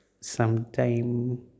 sometime